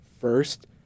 first